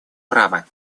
права